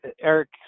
Eric